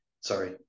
Sorry